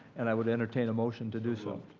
and i would entertain a motion to do so.